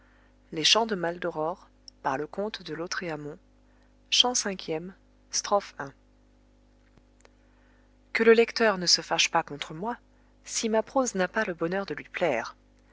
chant chant cinquième que le lecteur ne se fâche pas contre moi si ma prose n'a pas le bonheur de lui plaire